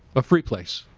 a free place.